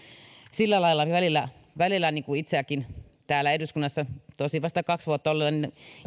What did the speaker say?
sillä lailla välillä välillä itsekin täällä eduskunnassa tosin vasta kaksi vuotta olleena